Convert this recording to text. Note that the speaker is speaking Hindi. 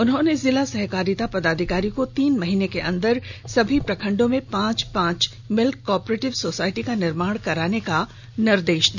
उन्होंने जिला सहकारिता पदाधिकारी को तीन महीने के अंदर सभी प्रखंडों में पांच पांच मिल्क कोऑपरेटिव सोसायटी का निर्माण करवाने का निर्देश दिया